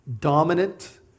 dominant